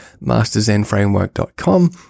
MasterZenFramework.com